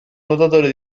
nuotatore